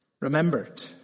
remembered